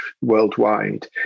worldwide